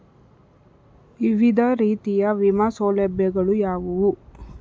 ವಿವಿಧ ರೀತಿಯ ವಿಮಾ ಸೌಲಭ್ಯಗಳು ಯಾವುವು?